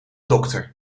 dokter